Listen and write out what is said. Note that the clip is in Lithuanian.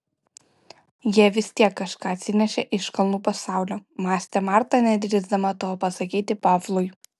jie vis tiek kažką atsinešė iš kalnų pasaulio mąstė marta nedrįsdama to pasakyti pavlui